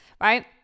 right